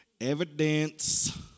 Evidence